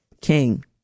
king